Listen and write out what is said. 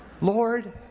Lord